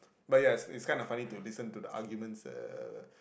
but ya is is kind of funny to listen to the arguments uh